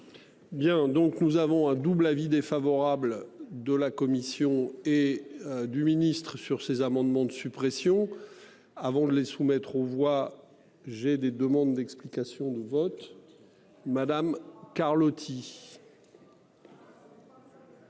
Bien donc nous avons un double avis défavorable de la Commission et du ministre-sur ces amendements de suppression avant de les soumettre aux voix j'ai des demandes d'explications de vote. Madame Carlotti.